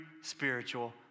spiritual